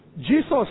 Jesus